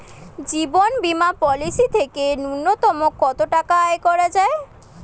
জীবন বীমা পলিসি থেকে ন্যূনতম কত টাকা আয় করা যায়?